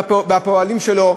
בפעלים שלו,